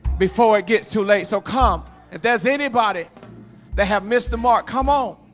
before it gets too late. so come if there's anybody they have missed the mark, come on